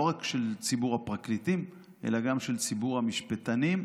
לא רק של ציבור הפרקליטים אלא גם של ציבור המשפטנים,